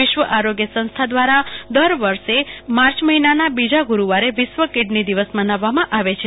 વિશ્વ આરોગ્ય સંસ્થા દ્વારા દર વર્ષે માર્ચ મહિનાના બીજા ગુરૂવારે વિશ્વ કીડની દિવસ મનાવવામાં આવે છે